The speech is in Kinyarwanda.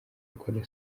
gukora